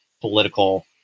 political